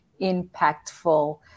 impactful